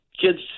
Kids